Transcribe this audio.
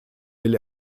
will